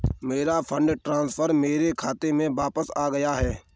मेरा fund transfer मेरे खाते में वापस आ गया है